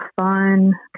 fun